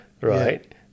Right